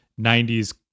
90s